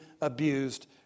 abused